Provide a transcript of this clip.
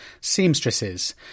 seamstresses